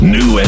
New